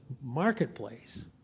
marketplace